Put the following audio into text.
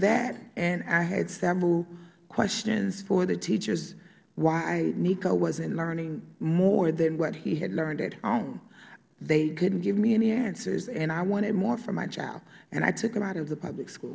that i had several questions for the teachers why nico wasn't learning more than what he had learned at home they couldn't give me any answers and i wanted more for my child and i took him out of the public school